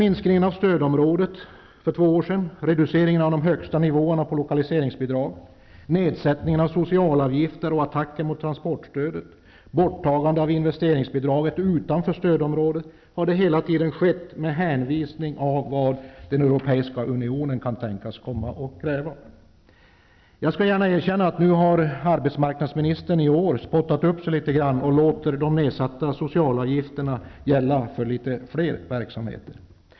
Minskningen av stödområdet för två år sedan, reduceringen av de högsta nivåerna på lokaliseringsbidragen, nedsättningen av socialavgifter, attackerna mot transportstödet och borttagandet av investeringsbidrag utanför stödområdet har hela tiden skett med hänvisning till vad Europeiska unionen kan tänkas komma att kräva. Jag skall gärna erkänna att arbetsmarknadsministern i år har spottat upp sig litet grand och låter de nedsatta socialavgifterna gälla för något fler verksamheter.